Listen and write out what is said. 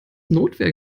notwehr